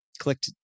clicked